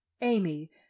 amy